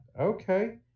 Okay